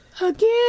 Again